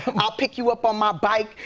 i'll pick you up on my bike.